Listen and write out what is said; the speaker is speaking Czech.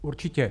Určitě.